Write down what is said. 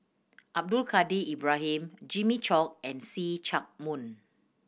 Abdul Kadir Ibrahim Jimmy Chok and See Chak Mun